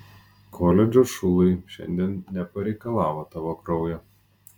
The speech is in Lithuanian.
koledžo šulai šiandien nepareikalavo tavo kraujo